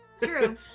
True